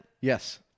Yes